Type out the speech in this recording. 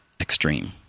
extreme